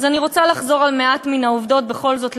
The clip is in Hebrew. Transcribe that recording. אני רוצה לחזור על מעט מן העובדות בכל זאת,